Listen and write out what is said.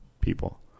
people